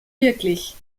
wirklich